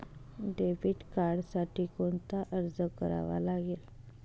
Debit कार्डसाठी कोणता अर्ज करावा लागेल?